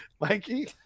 Mikey